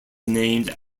named